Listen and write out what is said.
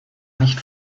nicht